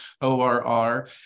ORR